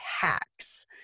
hacks